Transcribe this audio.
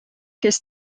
kes